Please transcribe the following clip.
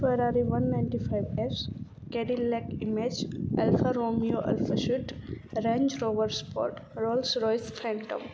Ferrari one ninety five S cadillac image Alfa romeo alphabet Range Rover spot Rolls Royce phantom